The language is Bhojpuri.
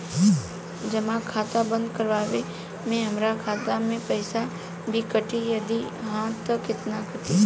जमा खाता बंद करवावे मे हमरा खाता से पईसा भी कटी यदि हा त केतना कटी?